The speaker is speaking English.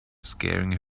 scaring